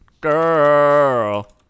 girl